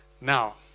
Now